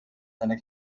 seine